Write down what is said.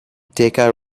decca